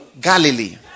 Galilee